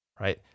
right